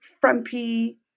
frumpy